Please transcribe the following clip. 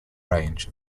range